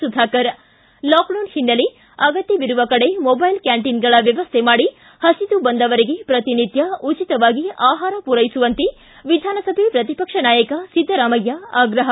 Sudhakar lockdown ಹಿನ್ನೆಲೆ ಅಗತ್ಯವಿರುವ ಕಡೆ ಮೊಬೈಲ್ ಕ್ಯಾಂಟೀನ್ಗಳ ವ್ಯವಸ್ಥೆ ಮಾಡಿ ಹಸಿದು ಬಂದವರಿಗೆ ಪ್ರತಿನಿತ್ಯ ಉಚಿತವಾಗಿ ಆಹಾರ ಪೂರೈಸುವಂತೆ ವಿಧಾನಸಭೆ ಪ್ರತಿಪಕ್ಷ ನಾಯಕ ಸಿದ್ದರಾಮಯ್ಯ ಆಗ್ರಪ